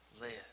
live